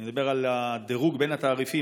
נדבר על הדירוג בין התעריפים,